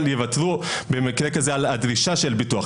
יוותרו במקרה כזה על הדרישה של הביטוח.